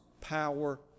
power